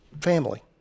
family